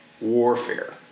warfare